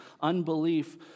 unbelief